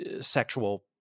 sexual